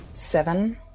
Seven